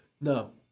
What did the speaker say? no